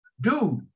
dude